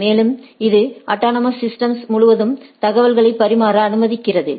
மேலும் இது autonomous systems முழுவதும் தகவல்களைப் பரிமாற அனுமதிக்கிறது